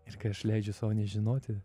ir kai aš leidžiu sau nežinoti